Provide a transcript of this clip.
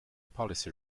policy